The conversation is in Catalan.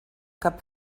cap